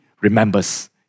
remembers